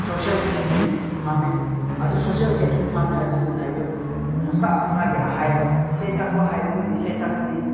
social gathering ꯐꯝꯃꯦ ꯑꯗꯣ social gathering ꯐꯝꯃꯦ ꯑꯗꯨꯗꯅ ꯑꯩꯈꯣꯏ ꯃꯁꯥ ꯃꯁꯥꯒꯤ ꯑꯍꯩꯕ ꯏꯁꯩ ꯁꯛꯄ ꯍꯩꯕꯈꯣꯏꯅ ꯏꯁꯩ ꯁꯛꯀꯅꯤ